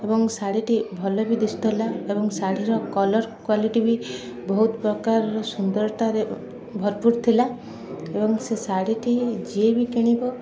ଏବଂ ଶାଢ଼ୀଟି ଭଲ ବି ଦିଶୁଥିଲା ଏବଂ ଶାଢ଼ୀର କଲର୍ କ୍ଵାଲିଟି ବି ବହୁତ ପ୍ରକାରର ସୁନ୍ଦରତାରେ ଭରପୁର ଥିଲା ଏବଂ ସେ ଶାଢ଼ୀ ଟି ଯିଏ ବି କିଣିବ